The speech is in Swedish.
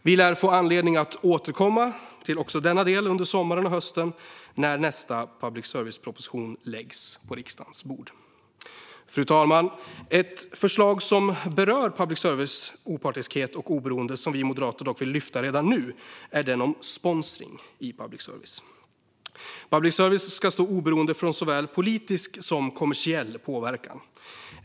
Vi lär få anledning att återkomma till också denna del under sommaren och hösten när nästa public service-proposition läggs på riksdagens bord. Fru talman! Ett förslag som berör public services opartiskhet och oberoende som vi moderater dock vill lyfta redan nu är det om sponsring i public service. Public service ska stå oberoende från såväl politisk som kommersiell påverkan.